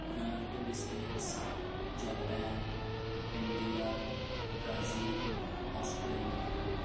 United States Japan India Brazil Australia